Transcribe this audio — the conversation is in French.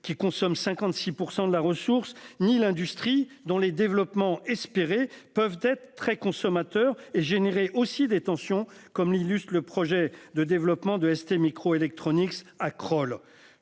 qui consomment 56% de la ressource, ni l'industrie dont les développements. Peuvent être très consommateurs. Je n'irai aussi des tensions comme l'illustrent le projet de développement de STMicroelectronics à Crolles,